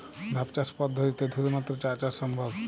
ধাপ চাষ পদ্ধতিতে শুধুমাত্র চা চাষ সম্ভব?